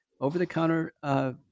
over-the-counter